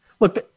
Look